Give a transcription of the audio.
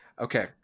Okay